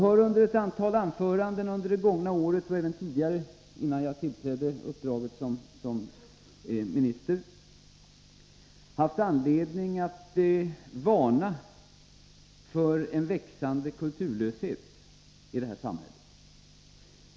I ett antal anföranden under det gångna året — och även tidigare, innan jag tillträdde uppdraget som minister — har jag haft anledning att varna för en växande kulturlöshet i vårt samhälle.